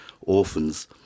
orphans